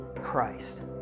Christ